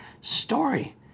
story